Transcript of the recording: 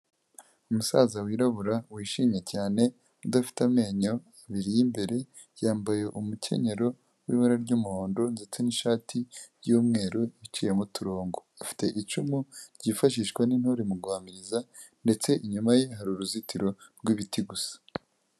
Umusaza wirabura wishimye cyane udafite amenyo abiri y'imbere, yambaye umukenyero w'ibara ry'umuhondo ndetse n'ishati y'umweru, iciyemo uturongo. Afite icumu ryifashishwa n'intore mu guhamiriza ndetse inyuma ye hari uruzitiro rw'ibiti gusa.